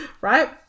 Right